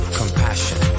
compassion